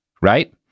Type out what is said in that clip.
Right